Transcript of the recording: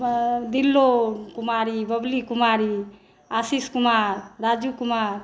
दिलो कुमारी बबली कुमारी आशीष कुमार राजू कुमार